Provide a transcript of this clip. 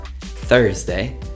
Thursday